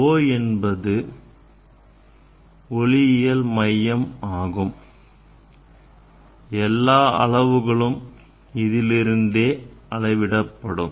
O என்பது ஒளியியல் மையம் ஆகும் எல்லா அளவுகளும் இதிலிருந்தே அளவிடப்படும்